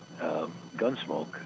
Gunsmoke